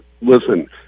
Listen